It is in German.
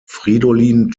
fridolin